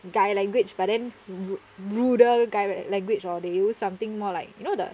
guy language but then ru~ ruder guy language or they do something more like you know the